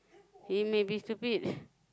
he may be stupid